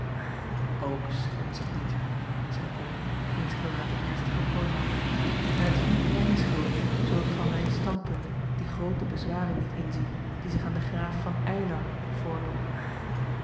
scherts ik niet zeî ol wiens gelaat een ern acob van ennep laasje evenster delen stigen plooi nam en het is niet mijne schuld zoo ik van mijn standpunt die groote bezwaren niet inzie die zich aan den raaf van ylar voordoen